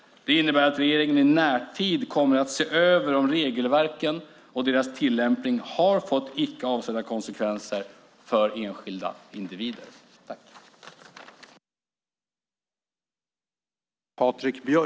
Det innebär att regeringen i närtid kommer att se över om regelverken och deras tillämpning har fått icke avsedda konsekvenser för enskilda individer.